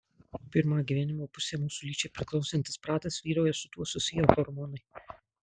pirmą gyvenimo pusę mūsų lyčiai priklausantis pradas vyrauja su tuo susiję hormonai